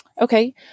Okay